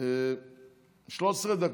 13 דקות.